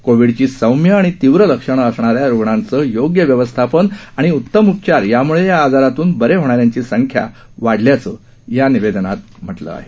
कोविडची सौम्य आणि तीव्र लक्षणं असणाऱ्या रुग्णाचं योग्य व्यवस्थापन आणि उत्तम उपचार यामुळे या आजारातून बरे होणाऱ्यांची संख्या वाढल्याचं या निवेदनात म्हटलं आहे